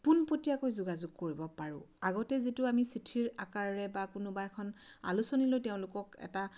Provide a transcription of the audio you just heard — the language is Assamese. পোনপটীয়াকৈ যোগাযোগ কৰিব পাৰোঁ আগতে যিটো আমি চিঠিৰ আকাৰেৰে বা কোনোবা এখন আলোচনীলৈ তেওঁলোকক এটা